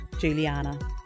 Juliana